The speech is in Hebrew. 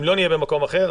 אם לא נהיה במקום אחר,